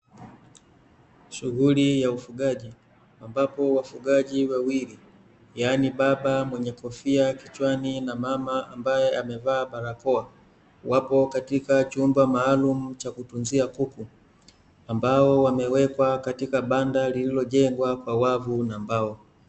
Shughuli ya ufugaji, ambapo wafugaji wawili, yaani baba mwenye kofia kichwani na mama ambaye amevaa barakoa, wapo katika chumba maalumu cha kutunzia kuku, ambao wamewekwa katika banda lililojengwa kwa wavu na mbao.